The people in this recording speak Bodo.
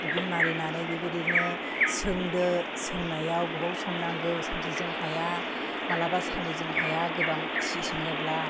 बबिन मारिनानै बेबायदिनो सोंदो सोंनायाव गोबाव सम नांगौ सानसेजों हाया मालाबा साननैजों हाया गोबां सि सोङोब्ला